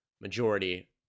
majority